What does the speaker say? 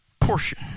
portion